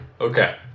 Okay